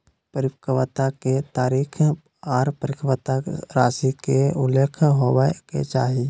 परिपक्वता के तारीख आर परिपक्वता राशि के उल्लेख होबय के चाही